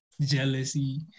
jealousy